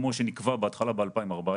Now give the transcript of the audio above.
כמו שנקבע בהתחלה ב-2014.